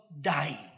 die